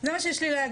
זה מה שיש לי להגיד.